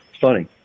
Funny